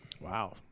Wow